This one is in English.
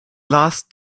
last